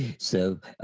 so